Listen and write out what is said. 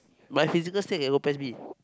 my physical state can go P_E_S B